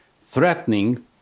threatening